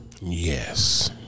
Yes